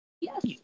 Yes